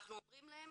אנחנו אומרים להם,